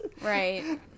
Right